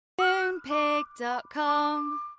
Moonpig.com